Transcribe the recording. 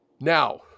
Now